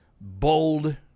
bold